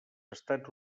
estats